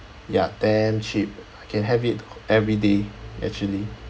ya damn cheap can have it every day actually